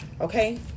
okay